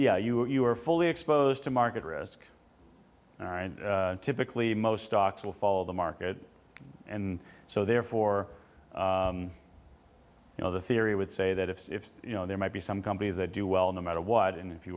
even you are fully exposed to market risk all right typically most stocks will follow the market and so therefore you know the theory would say that if you know there might be some companies that do well no matter what and if you